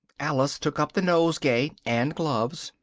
alice took up the nosegay and gloves,